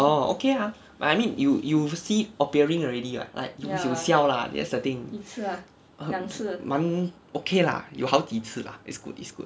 orh okay lah but I mean you you see appearing already what like 有效 lah that's the thing 蛮 okay lah 有好几次 lah it's good it's good